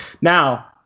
Now